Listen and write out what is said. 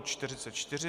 44.